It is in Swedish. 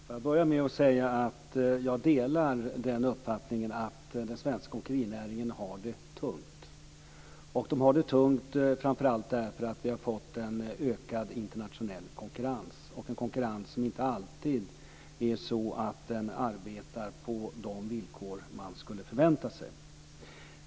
Fru talman! Får jag börja med att säga att jag delar uppfattningen att den svenska åkerinäringen har det tungt. Den har det tungt framför allt därför att vi har fått en ökad internationell konkurrens, en konkurrens som inte alltid arbetar på de villkor man skulle förvänta sig.